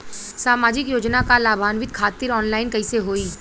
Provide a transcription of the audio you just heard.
सामाजिक योजना क लाभान्वित खातिर ऑनलाइन कईसे होई?